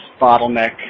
bottleneck